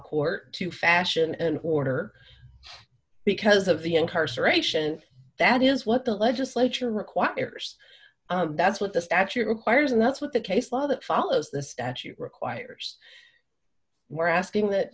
court to fashion and order because of the incarceration that is what the legislature requires that's what this actually requires and that's what the case law that follows the statute requires we're asking that